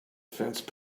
fence